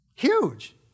Huge